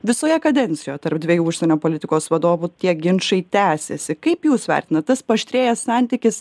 visoje kadencijoje tarp dviejų užsienio politikos vadovų tie ginčai tęsiasi kaip jūs vertinat tas paaštrėjęs santykis